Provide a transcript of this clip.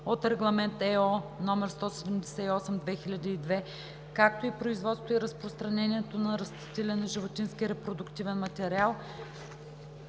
от Регламент (ЕО) № 178/2002, както и производството и разпространението на растителен и животински репродуктивен материал,